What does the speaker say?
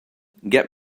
get